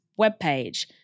webpage